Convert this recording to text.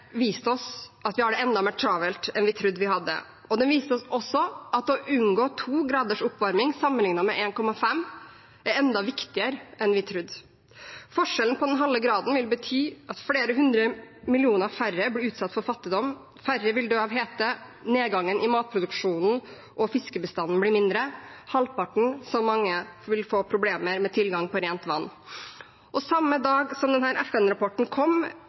viste oss at vi har det enda mer travelt enn vi trodde. Den viste oss også at å unngå 2 graders oppvarming sammenlignet med 1,5 graders oppvarming er enda viktigere enn vi trodde. Den halve graden i forskjell vil bety at flere hundre millioner færre blir utsatt for fattigdom, at færre vil dø av hete, at nedgangen i matproduksjonen og fiskebestanden blir mindre, og at halvparten så mange vil få problemer med tilgang på rent vann. Samme dag som denne FN-rapporten kom,